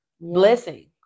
blessing